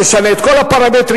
נשנה את כל הפרמטרים,